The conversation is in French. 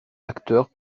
acteurs